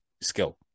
skill